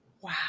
Wow